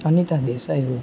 અનીતા દેસાઇ હોય